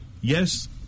yes